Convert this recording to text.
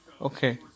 Okay